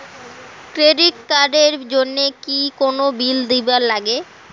Credit card এর জন্যে কি কোনো বিল দিবার লাগে?